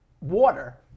water